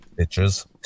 bitches